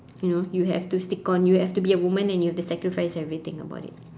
you know you have to stick on you have to be a woman and you have to sacrifice everything about it